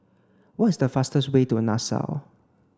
what is the fastest way to Nassau